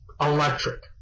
electric